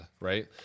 right